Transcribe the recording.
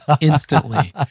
Instantly